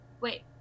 Wait